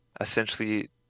essentially